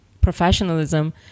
professionalism